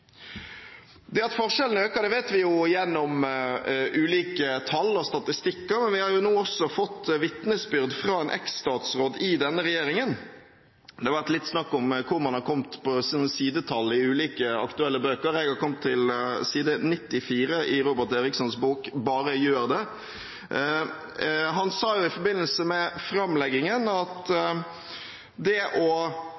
Det at forskjellene øker, vet vi gjennom ulike tall og statistikker, men vi har nå også fått vitnesbyrd fra en eks-statsråd i denne regjeringen. Det har vært litt snakk om hvor man har kommet når det gjelder sidetall i ulike aktuelle bøker, og jeg har kommet til side 94 i Robert Erikssons bok «Bare gjør det». Han sa jo i forbindelse med framleggingen at